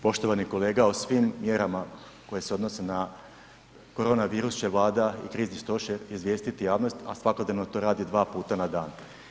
Poštovani kolega o svim mjerama koje se odnose na korona virus će Vlada i krizni stožer izvijestiti javnost, a svakodnevno to radi 2 puta na dan.